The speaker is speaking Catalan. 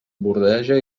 bordeja